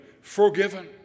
forgiven